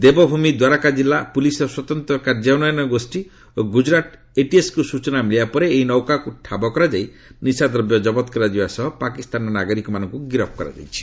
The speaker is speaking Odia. ଦେବଭୂମି ଦ୍ୱାରକା ଜିଲ୍ଲା ପୁଲିସ୍ର ସ୍ପତନ୍ତ୍ର କାର୍ଯ୍ୟାନ୍ୱୟନ ଗୋଷ୍ଠୀ ଓ ଗୁଜରାଟ ଏଟିଏସ୍କୁ ସ୍ଚଚନା ମିଳିବା ପରେ ଏହି ନୌକାକୁ ଠାବ କରାଯାଇ ନିଶାଦ୍ରବ୍ୟ ଜବତ କରାଯିବା ସହ ପାକିସ୍ତାନ ନାଗରିକମାନଙ୍କୁ ଗିରଫ କରାଯାଇଛି